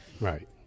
Right